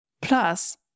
Plus